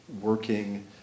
working